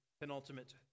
penultimate